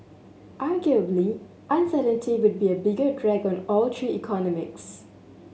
arguably uncertainty would be a bigger drag on all three economies